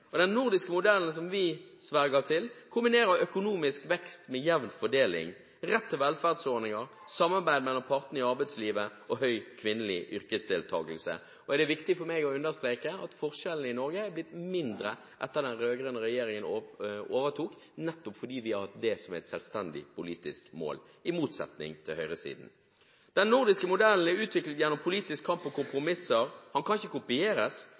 og den nordiske modellen som vi sverger til, kombinerer økonomisk vekst med jevn fordeling, rett til velferdsordninger, samarbeid mellom partene i arbeidslivet og høy kvinnelig yrkesdeltakelse. Det er viktig for meg å understreke at forskjellene i Norge er blitt mindre etter at den rød-grønn regjeringen overtok, nettopp fordi vi har hatt dette som et selvstendig politisk mål – i motsetning til høyresiden. Den nordiske modellen er utviklet gjennom politisk kamp og kompromisser. Den kan ikke kopieres,